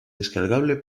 descargable